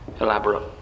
elaborate